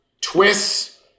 Twists